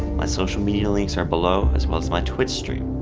my social media links are below, as well as my twitch stream.